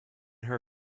her